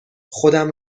خودم